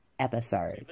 Episode